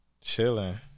chilling